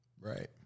Right